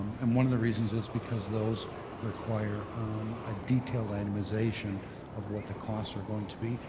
and one of the reasons is because those require um a detailed itemization of what the costs are going to be.